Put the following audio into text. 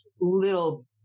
little